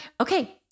Okay